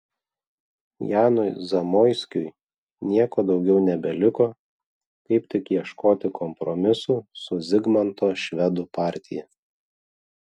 janui zamoiskiui nieko daugiau nebeliko kaip tik ieškoti kompromisų su zigmanto švedų partija